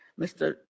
Mr